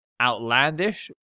outlandish